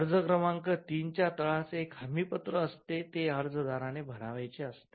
अर्ज क्रमांक ३ च्या तळास एक हमीपत्र असते ते अर्ज दाराने भरावयाचे असते